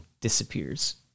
disappears